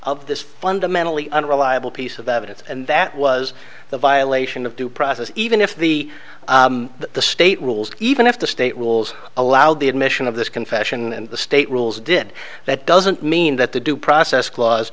of this fundamentally unreliable piece of evidence and that was a violation of due process even if the the state rules even if the state rules allowed the admission of this confession and the state rules did that doesn't mean that the due process cla